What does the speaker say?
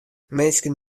minsken